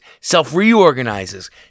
self-reorganizes